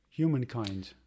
Humankind